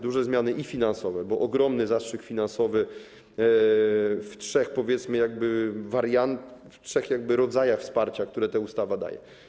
Duże zmiany i finansowe, bo ogromny zastrzyk finansowy w trzech, powiedzmy, wariantach, w trzech rodzajach wsparcia, które ta ustawa daje.